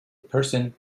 person